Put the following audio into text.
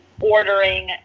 ordering